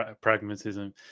pragmatism